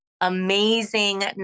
amazing